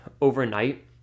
overnight